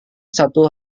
satu